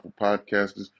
Podcasters